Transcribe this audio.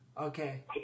Okay